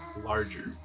larger